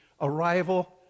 arrival